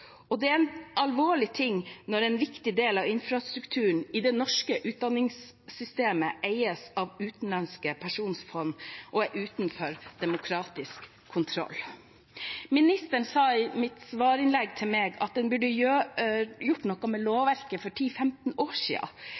Det er alvorlig når en viktig del av infrastrukturen i det norske utdanningssystemet eies av utenlandske pensjonsfond og er utenfor demokratisk kontroll. Ministeren sa i sitt svar til meg at en burde gjort noe med lovverket for 10–15 år